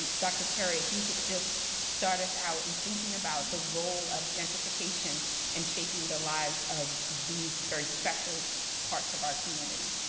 dr. perry, if you could just start us out in thinking about the role of gentrification in shaping the lives of these very special parts of our community.